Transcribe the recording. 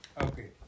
Okay